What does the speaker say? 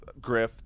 grift